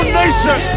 nation